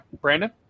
Brandon